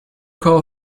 call